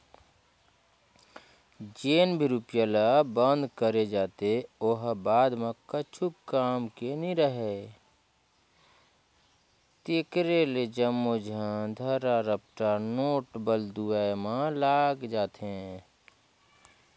जेन भी रूपिया ल बंद करे जाथे ओ ह बाद म कुछु काम के नी राहय तेकरे ले जम्मो झन धरा रपटा नोट बलदुवाए में लग जाथे